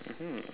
mmhmm